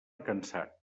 cansat